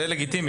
זה לגיטימי.